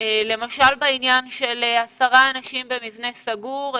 למשל בעניין של 10 אנשים במבנה סגור,